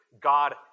God